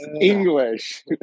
English